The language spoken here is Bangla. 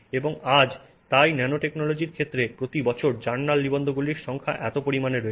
এবং আজ তাই ন্যানোটেকনোলজির ক্ষেত্রে প্রতি বছর জার্নাল নিবন্ধগুলির সংখ্যা এত পরিমাণে রয়েছে